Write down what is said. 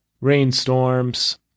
rainstorms